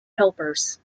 helpers